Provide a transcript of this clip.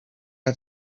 had